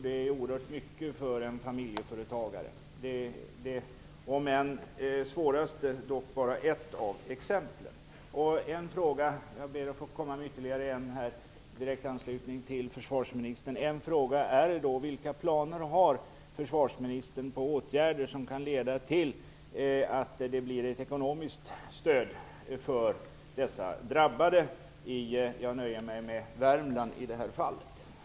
Det är oerhört mycket för en familjeföretagare. Det är dock bara ett av exemplen. En fråga är då: Vilka planer har försvarsministern på åtgärder som kan leda till att det blir ett ekonomiskt stöd för dessa drabbade, i det här fallet i Värmland?